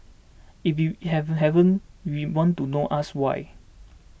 if you it hasn't has then we want to know ask why